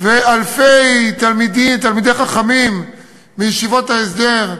ואלפי תלמידים, תלמידי חכמים מישיבות ההסדר,